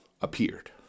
appeared